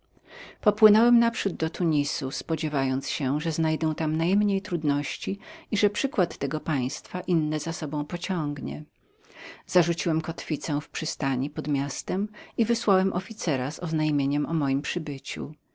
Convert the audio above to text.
popłynąłem naprzód do tunis spodziewając się że tam znajdę najmniej trudności i że przykład tego państwa drugie za sobą pociągnie zarzuciłem kotwicę w przystani pod miastem i wysłałem oficera z oznajmieniem o mojem przybyciu